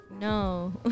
no